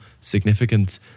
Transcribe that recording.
significant